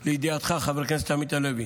לידיעתך, חבר הכנסת עמית הלוי,